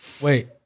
Wait